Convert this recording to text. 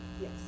Yes